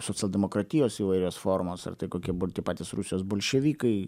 socialdemokratijos įvairios formos ar tai kokie tie patys rusijos bolševikai